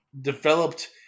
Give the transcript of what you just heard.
developed